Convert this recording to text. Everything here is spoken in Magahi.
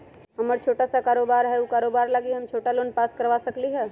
हमर छोटा सा कारोबार है उ कारोबार लागी हम छोटा लोन पास करवा सकली ह?